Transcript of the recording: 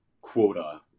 quota